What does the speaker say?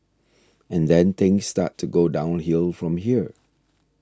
and then things start to go downhill from here